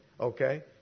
Okay